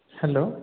hello